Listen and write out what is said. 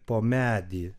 po medį